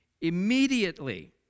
immediately